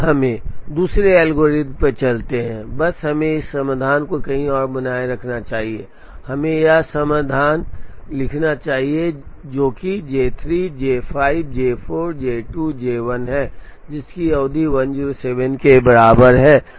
अब हमें दूसरे एल्गोरिदम पर चलते हैं बस हमें इस समाधान को कहीं और बनाए रखना चाहिए और हमें यह समाधान लिखना चाहिए जो कि J3 J5 J4 J2 J1 है जिसकी अवधि 107 के बराबर है